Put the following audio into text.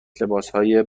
لباسهای